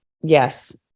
yes